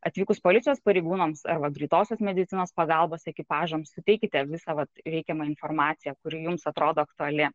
atvykus policijos pareigūnams arba greitosios medicinos pagalbos ekipažams suteikite visą va reikiamą informaciją kuri jums atrodo aktuali